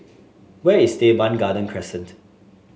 where is Teban Garden Crescent